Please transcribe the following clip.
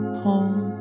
whole